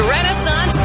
Renaissance